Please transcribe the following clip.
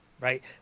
right